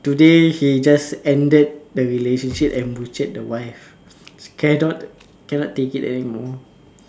today he just ended the relationship and butchered the wife cannot cannot take it anymore